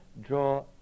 draw